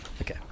okay